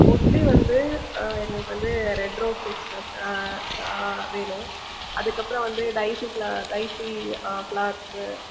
mostly வந்து எனக்கு வந்து red roses ah ah ah வேணும் அதுக்கப்றம் வந்து டைசிஸ்ல டைசி ஆ ஃப்ளார்ஸு